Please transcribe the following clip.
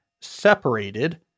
separated